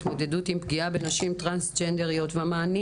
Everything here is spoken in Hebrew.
התמודדות עם פגיעה בנשים טרנסג'דריות והמענים